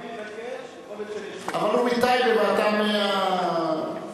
אני מבקש, אבל הוא מטייבה ואתה מהדרום.